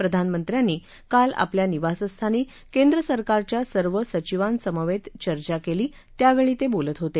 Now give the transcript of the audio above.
प्रधानमंत्र्यांनी काल आपल्या निवासस्थानी केंद्रसरकारच्या सर्व सचिवांसमवेत चर्चा केली त्यावेळी ते बोलत होते